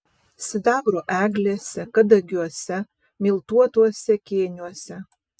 sidabro eglėse kadagiuose miltuotuose kėniuose